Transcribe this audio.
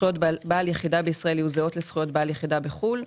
זכויות בעל יחידה בישראל יהיו זהות לזכויות בעל יחידה בחו"ל,